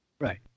Right